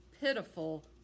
pitiful